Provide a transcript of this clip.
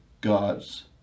God's